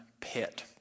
pit